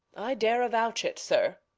i dare avouch it, sir.